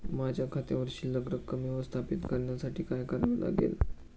माझ्या खात्यावर शिल्लक रक्कम व्यवस्थापित करण्यासाठी काय करावे लागेल?